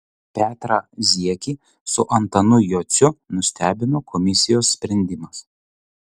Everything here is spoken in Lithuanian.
petrą ziekį su antanu juciu nustebino komisijos sprendimas